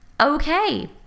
okay